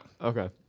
Okay